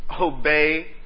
Obey